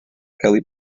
kelly